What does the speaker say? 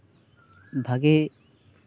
ᱵᱷᱟᱹᱜᱤ